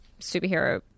superhero